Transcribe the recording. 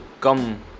come